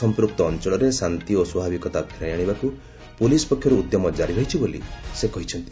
ସମ୍ପୂକ୍ତ ଅଞ୍ଚଳରେ ଶାନ୍ତି ଓ ସ୍ୱାଭାବିକତା ଫେରାଇ ଆଶିବାକୁ ପୁଲିସ୍ ପକ୍ଷରୁ ଉଦ୍ୟମ ଜାରି ରହିଛି ବୋଲି ସେ କହିଛନ୍ତି